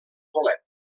bolet